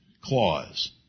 clause